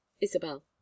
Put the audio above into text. Isabel